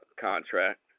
contract